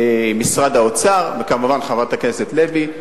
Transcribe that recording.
משרד האוצר, וכמובן חברת הכנסת לוי.